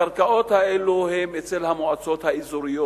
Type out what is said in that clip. הקרקעות האלה הן אצל המועצות האזוריות.